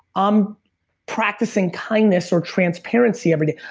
i'm practicing kindness or transparency every day.